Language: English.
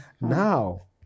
Now